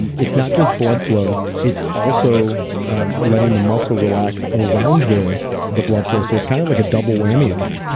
and it's not just blood flow, it's also letting the muscle relax around the the blood flow. so it's kind of like a double whammy in there,